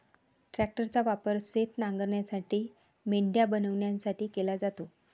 ट्रॅक्टरचा वापर शेत नांगरण्यासाठी, मेंढ्या बनवण्यासाठी केला जातो